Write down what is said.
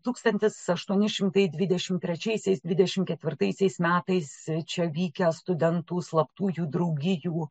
tūkstantis aštuoni šimtai dvidešimt trečiaisiai dvidešimt ketvirtaisiais metais čia vykę studentų slaptųjų draugijų